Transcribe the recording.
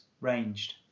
ranged